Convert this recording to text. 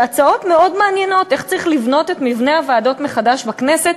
הצעות מאוד מעניינות איך צריך לבנות את הוועדות מחדש בכנסת,